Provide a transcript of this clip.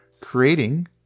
creating